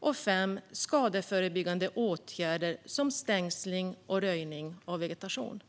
Och för det femte skadeförebyggande åtgärder som stängsling och röjning av vegetation.